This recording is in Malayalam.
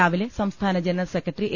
രാവിലെ സംസ്ഥാന ജനറൽ സെക്രട്ടറി എ